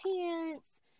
pants